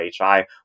HI